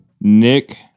Nick